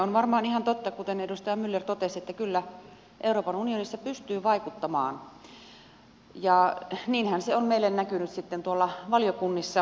on varmaan ihan totta kuten edustaja myller totesi että kyllä euroopan unionissa pystyy vaikuttamaan ja niinhän se on meille näkynyt sitten tuolla valiokunnissa